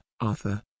Arthur